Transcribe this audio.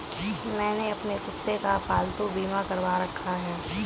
मैंने अपने कुत्ते का पालतू बीमा करवा रखा है